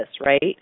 right